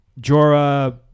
Jorah